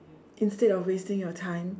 instead of wasting your time